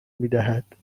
میدهد